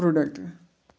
product